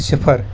صِفَر